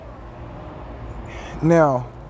Now